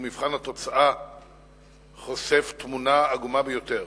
ומבחן התוצאה חושף תמונה עגומה ביותר.